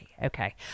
Okay